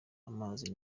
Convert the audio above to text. amazi